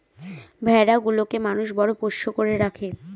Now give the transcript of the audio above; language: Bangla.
ভেড়া গুলোকে মানুষ বড় পোষ্য করে রাখে